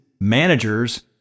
managers